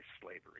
slavery